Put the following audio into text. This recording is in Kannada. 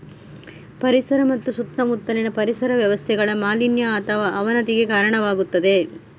ಪರಿಸರ ಮತ್ತು ಸುತ್ತಮುತ್ತಲಿನ ಪರಿಸರ ವ್ಯವಸ್ಥೆಗಳ ಮಾಲಿನ್ಯ ಅಥವಾ ಅವನತಿಗೆ ಕಾರಣವಾಗುತ್ತದೆ